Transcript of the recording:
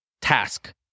task